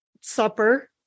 supper